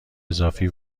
اضافی